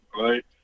right